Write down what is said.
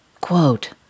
Quote